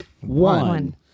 One